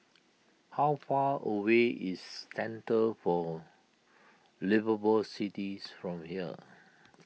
how far away is Centre for Liveable Cities from here